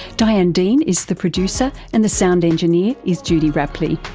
diane dean is the producer and the sound engineer is judy rapley.